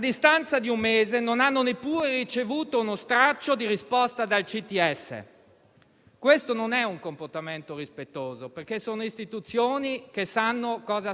Davvero un pranzo in baita è più pericoloso di uno in un ristorante di città? Davvero una funivia e una seggiovia sono più pericolose di una metropolitana o di un autobus?